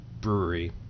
brewery